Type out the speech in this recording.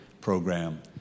program